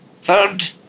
Third